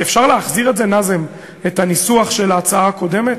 אפשר להחזיר את הניסוח של ההצעה הקודמת?